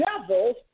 devils